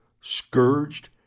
scourged